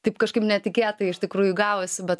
taip kažkaip netikėtai iš tikrųjų gavosi bet